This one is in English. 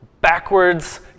backwards